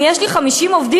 אם יש לי 50 עובדים,